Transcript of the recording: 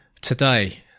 today